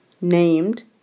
named